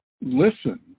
listen